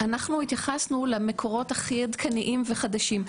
אנחנו התייחסנו למקורות הכי עדכניים וחדשים,